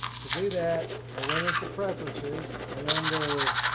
to do that, i went into preferences and under.